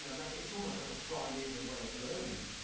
and it's almost like a primeval way of learning,